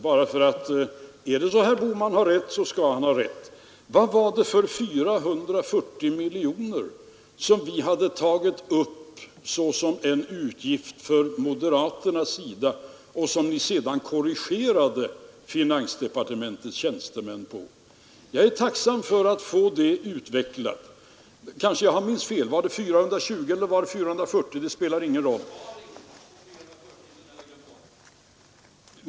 Är det så att herr Bohman har rätt skall han också ha det. Vad var det för 440 miljoner kronor som vi hade tagit upp som en utgift från moderaternas sida och beträffande vilka ni sedan korrigerade finansdepartementets tjänstemän? Jag är tacksam för att få det utvecklat. Kanske jag minns fel — var det 420 eller 440 miljoner? Ja, det spelar ingen roll.